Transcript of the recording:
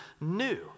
new